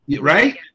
right